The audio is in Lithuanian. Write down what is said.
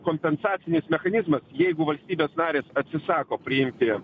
kompensacinis mechanizmas jeigu valstybės narės atsisako priimti